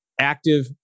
active